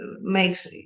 makes